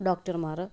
ഡോക്ടർമാർ